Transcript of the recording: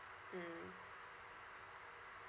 mm